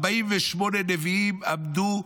48 נביאים עמדו,